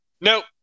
Nope